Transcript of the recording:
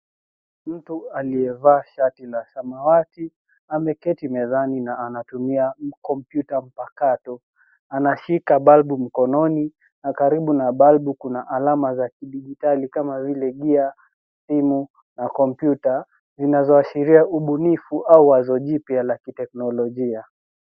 Mtu aliyevaa shati la samawati ameketi mezani na anatumia kompyuta mpakato . Anashika balbu mkononi na karibu na balbu kuna alama za kidijitali kama vile gia, simu na kompyuta zinazoashiria ubunifu au wazi jipya la kiteknolojia.